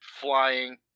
flying